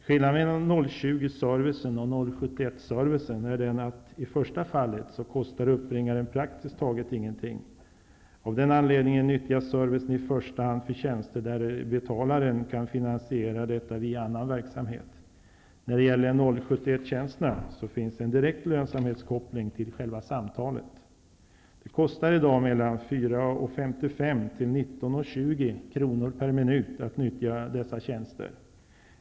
Skillnaden mellan 020-servicen och 071-servicen är att det i det första fallet kostar uppringaren praktiskt taget ingenting. Av den anledningen nyttjas servicen i första hand för tjänster där betalaren kan finansiera detta via annan verksamhet. När det gäller 071-tjänsterna finns det en direkt lönsamhetskoppling till själva samtalet. Det kostar i dag mellan 4:55--19:20 kr./minut attutnyttja dessa tjänster.